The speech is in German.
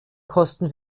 kosten